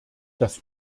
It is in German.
das